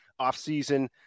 offseason